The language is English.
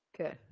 Okay